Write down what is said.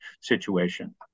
situation